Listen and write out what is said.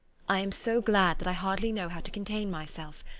i am so glad that i hardly know how to contain myself.